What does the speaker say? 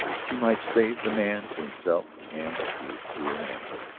she might save the man to himself and to his truer manhood.